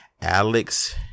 Alex